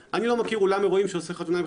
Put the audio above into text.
הם לא באים להיות מתחת --- הם השותפים הכי גדולים